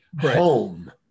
home